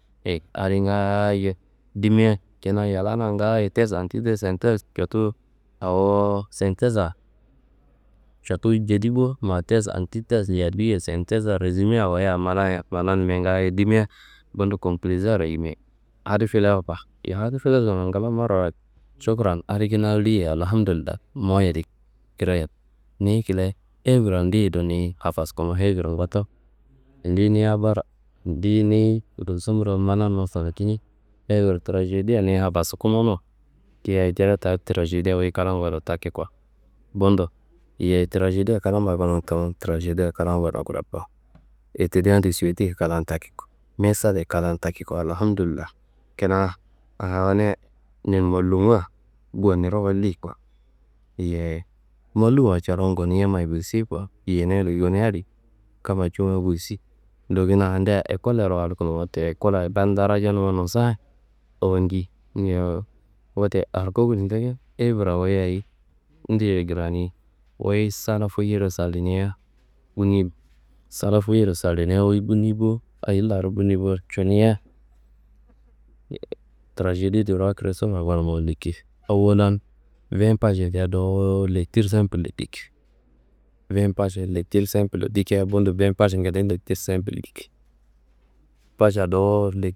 Yeyi adi ngaayo dimia kina yallana ngaayo tes, atites, sentes cotuwu awo sentessa cotuwu jedi bowo ma tes atites ña duyei sentessa resume awoya ma- mananummea ngaayo dimia. Bundo konklisaro yimi adi filerkuwan yowo adi filesuru ngla marawayid šukuron, adi kina liyeia Alhamdullayi mowu yedi kirayean. Ni kle hevredi ndeyedi ni afaskumo hevre ndotto, andiyi ni habara andiyi niyi gulsabudo mananumma fankine hevre trajedia ni afaskumono yeyi jire ta trajedia wuyi klan gonu takiko. Bundo yeyi trajedia klamma ronun tamo trajedia klan gonu kidako, etidia de suweto klan taki ko, me salle klan taki ko, Alhamdullayi. Kina awonia ninmallumwa goniro walli ko, yeyi mallumma coron goni yammayi gulsei ko, yeyi hini adi kamma cunga gulsi. Dowo kina adia ekollero walkuno wote ekolla kam darajanumma nosa awonji yowo wote arko gulcake, hevra wuyi ayi dediro krani wuyi sala foyiyorre salinia bunni, sala foyiyorre salania wuyi bunni bo. Ayi larro bunni bo cunuyia trajedi de ruwa kristof gonu muku liki awollan vin pašedi dowo lektir simpullo diki, vin paš lektir simpullo dikia, bundo vin paš ngede simpul diki paša dowo lek.